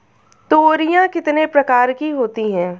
तोरियां कितने प्रकार की होती हैं?